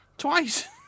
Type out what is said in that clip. Twice